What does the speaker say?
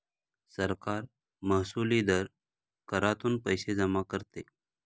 सरकार महसुली दर करातून पैसे जमा करते